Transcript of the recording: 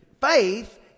Faith